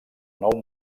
nou